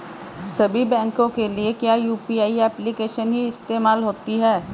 सभी बैंकों के लिए क्या यू.पी.आई एप्लिकेशन ही इस्तेमाल होती है?